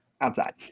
outside